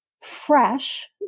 fresh